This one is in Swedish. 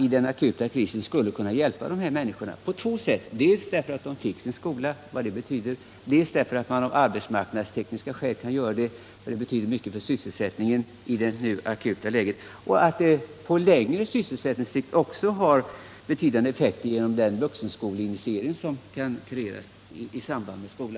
i den akuta krisen gå in på detta område och därmed hjälpa människorna på två sätt: dels genom att de får sin skola, dels genom det som detta innebär arbetsmarknadstekniskt för sysselsättningen i nuvarande läge och i betydande utsträckning också på längre sikt genom den vuxenutbildning som kan etableras i anslutning till denna skola?